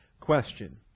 question